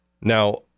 Now